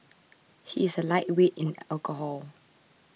he is a lightweight in alcohol